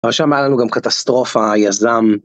אבל שם היה לנו גם קטסטרופה, יזם.